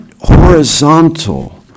horizontal